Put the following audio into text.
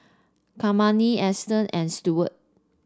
Kymani Easton and Stewart